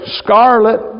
scarlet